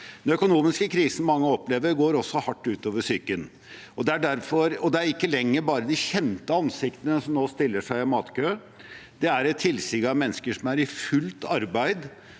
Den økonomiske krisen mange opplever, går også hardt ut over psyken. Det er ikke lenger bare de kjente ansiktene som nå stiller seg i matkø, det er et tilsig av mennesker som er i fullt arbeid